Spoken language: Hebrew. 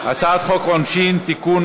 הצעת חוק העונשין (תיקון,